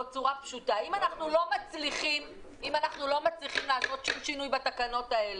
האם לא נעשה שום שינוי בתקנות?